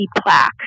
plaque